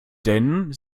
denn